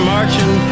Marching